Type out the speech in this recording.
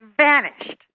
vanished